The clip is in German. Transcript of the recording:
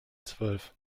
zwölf